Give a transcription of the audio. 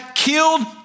killed